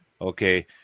Okay